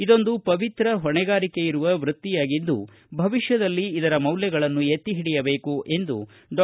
ಇದೊಂದು ಪವಿತ್ರ ಹೊಣೆಗಾರಿಕೆಯಿರುವ ವೃತ್ತಿಯಾಗಿದ್ದು ಭವಿಷ್ಯದಲ್ಲಿ ಇದರ ಮೌಲ್ಯಗಳನ್ನು ಎತ್ತಿಹಿಡಿಯಬೇಕು ಎಂದು ಡಾ